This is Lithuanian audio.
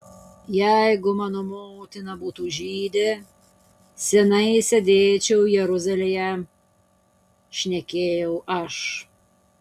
jeigu mano motina būtų žydė seniai sėdėčiau jeruzalėje šnekėjau aš